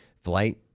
flight